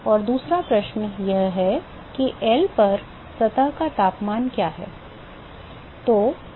और दूसरा प्रश्न यह है कि L पर सतह का तापमान क्या है